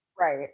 Right